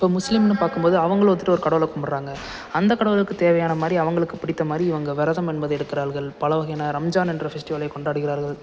இப்போ முஸ்லீம்ன்னு பார்க்கும்போது அவங்களும் வந்துட்டு ஒரு கடவுளை கும்பிட்றாங்க அந்த கடவுளுக்கு தேவையானமாதிரி அவங்களுக்கு பிடித்தமாதிரி இவங்க விரதம் என்பது எடுக்கிறார்கள் பல வகையான ரம்ஜான் என்ற ஃபெஸ்டிவலை கொண்டாடுகிறார்கள்